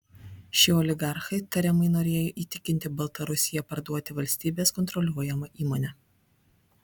šie oligarchai tariamai norėjo įtikinti baltarusiją parduoti valstybės kontroliuojamą įmonę